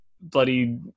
bloody